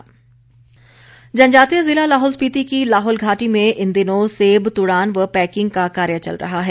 लाहौल सेब जनजातीय जिला लाहौल स्पीति की लाहौल घाटी में इन दिनों सेब तुड़ान व पैकिंग का कार्य चल रहा है